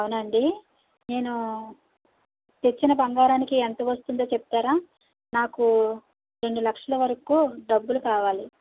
అవునా అండి నేను తెచ్చిన బంగారానికి ఎంత వస్తుందో చెప్తారా నాకు రెండు లక్షల వరకు డబ్బులు కావాలి